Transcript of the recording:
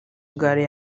gare